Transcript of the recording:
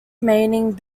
remaining